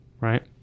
Right